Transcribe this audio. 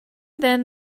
then